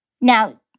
Now